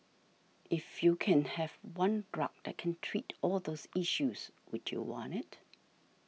if you can have one drug that can treat all those issues would you want it